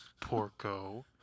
Porco